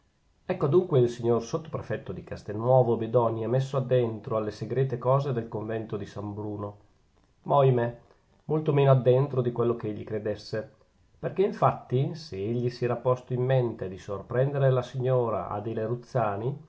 ecco adunque il signor sottoprefetto di castelnuovo bedonia messo dentro alle segrete cose del convento di san bruno ma ohimè molto meno addentro di quello che egli credesse perchè infatti se egli si era posto in mente di sorprendere la signora adele ruzzani